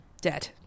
dead